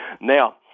Now